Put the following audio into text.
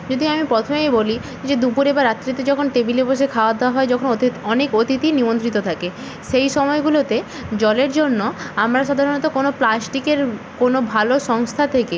যদি আমি প্রথমেই বলি যে দুপুরে বা রাত্রিতে যখন টেবিলে বসে খাওয়া দাওয়া হয় যখন অতি অনেক অতিথি নিমন্ত্রিত থাকে সেই সময়গুলোতে জলের জন্য আমরা সাধারণত কোনো প্লাস্টিকের কোনো ভালো সংস্থা থেকে